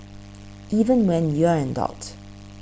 even when you're an adult